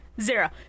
zero